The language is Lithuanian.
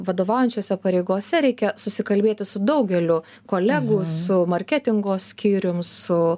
vadovaujančiose pareigose reikia susikalbėti su daugeliu kolegų su marketingo skyrium su